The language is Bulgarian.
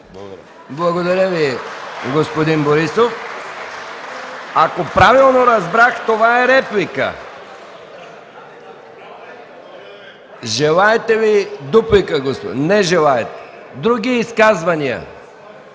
Благодаря Ви, господин Борисов. Ако правилно разбрах, това е реплика. Желаете ли дуплика, господин Добрев? Не желаете. Има ли желаещи